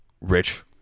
rich